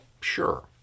sure